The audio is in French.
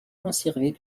conservées